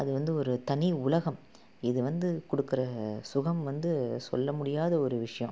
அது வந்து ஒரு தனி உலகம் இது வந்து கொடுக்குற சுகம் வந்து சொல்ல முடியாத ஒரு விஷயம்